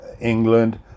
England